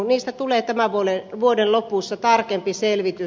niistä tulee tämän vuoden lopussa tarkempi selvitys